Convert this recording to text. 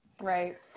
Right